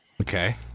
Okay